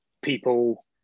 people